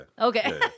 Okay